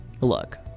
look